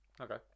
okay